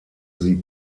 sie